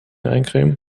eincremen